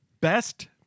Best